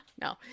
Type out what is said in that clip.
No